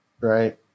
Right